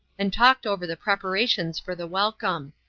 and talked over the preparations for the welcome.